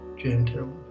gentle